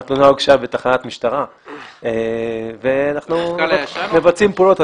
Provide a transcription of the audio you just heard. התלונה הוגשה בתחנת משטרה ואנחנו מבצעים פעולות,